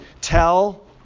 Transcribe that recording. tell